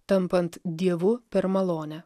tampant dievu per malonę